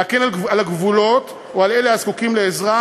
להגן על הגבולות או על אלה הזקוקים לעזרה,